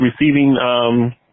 receiving